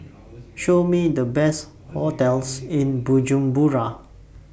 Show Me The Best hotels in Bujumbura